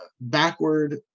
Backward